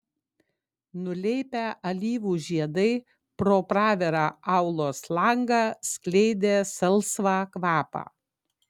nuleipę alyvų žiedai pro pravirą aulos langą skleidė salsvą kvapą